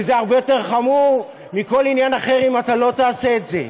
וזה הרבה יותר חמור מכל עניין אחר אם לא תעשה את זה,